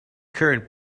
current